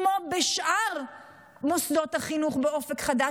כמו בשאר מוסדות החינוך באופק חדש.